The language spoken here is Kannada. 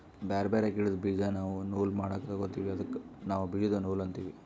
ಬ್ಯಾರೆ ಬ್ಯಾರೆ ಗಿಡ್ದ್ ಬೀಜಾ ನಾವ್ ನೂಲ್ ಮಾಡಕ್ ತೊಗೋತೀವಿ ಅದಕ್ಕ ನಾವ್ ಬೀಜದ ನೂಲ್ ಅಂತೀವಿ